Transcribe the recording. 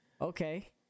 Okay